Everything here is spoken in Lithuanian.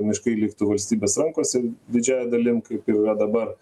miškai liktų valstybės rankose didžiąja dalim kaip jau yra dabar